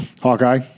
Hawkeye